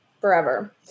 forever